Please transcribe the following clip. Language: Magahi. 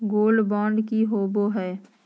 गोल्ड बॉन्ड की होबो है?